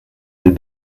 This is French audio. des